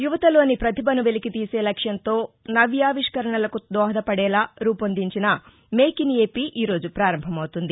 యువతలోని ప్రతిభను వెలికితీసే లక్ష్యంతో నవ్యావిష్కరణలకు దోహదపదేలా రూపొందించిన మేక్ ఇన్ ఏపి ఈ రోజు ప్రారంభమవుతుంది